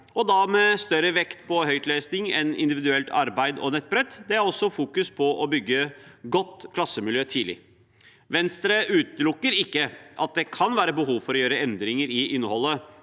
og da med større vekt på høytlesning enn individuelt arbeid og nettbrett. Det fokuseres også på å bygge godt klassemiljø tidlig. Venstre utelukker ikke at det kan være behov for å gjøre endringer i innholdet